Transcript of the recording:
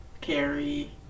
Carrie